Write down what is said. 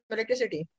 Electricity